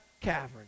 cavern